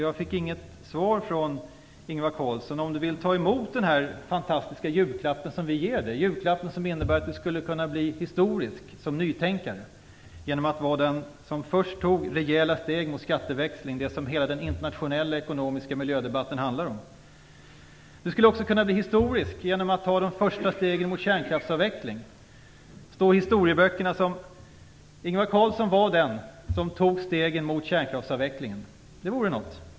Jag fick inget svar på om Ingvar Carlsson vill ta emot den fantastiska julklapp som vi ger honom, den julklapp som innebär att han skulle kunna bli historisk som nytänkare genom att vara den som först tog rejäla steg mot skatteväxling, det som hela den internationella ekonomiska miljödebatten handlar om. Han skulle också kunna bli historisk genom att ta de första stegen mot kärnkraftsavveckling. Det skulle kunna stå i historieböckerna att Ingvar Carlsson var den som tog stegen mot kärnkraftsavvecklingen. Det vore något!